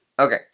Okay